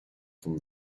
from